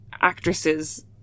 actresses